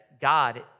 God